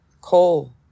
coal